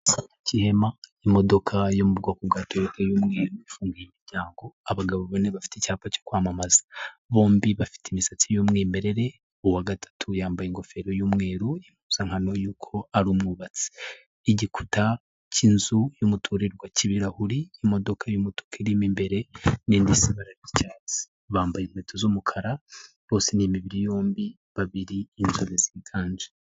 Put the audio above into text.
Ikimenyesto cy'ihema. Imodoka yo mu bwoko bwa Toyota y'umweru ifunguye imiryango. Abagabo bane bafite icyapa cyo kwamamaza, bombi bafite imisatsi y'umwimerere, uwa gatatu yambaye ingofero y'umweru, impuzankano yuko ari umwubatsi. Igikuta cy'inzu y'umuturirwa cy'ibirahuri. Imodoka y'umutuku irimo imbere n'indi isa ibara ry'icyatisi, bambaye inkweto z'umukara, bose ni imibiri yombi, babiri ni inzobe ziganje.